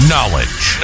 Knowledge